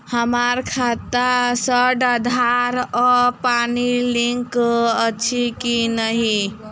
हम्मर खाता सऽ आधार आ पानि लिंक अछि की नहि?